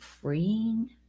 freeing